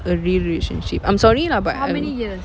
a real relationship I'm sorry lah but um